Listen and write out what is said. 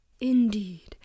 Indeed